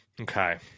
Okay